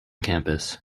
campus